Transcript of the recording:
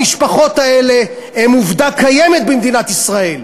המשפחות האלה הן עובדה קיימת במדינת ישראל.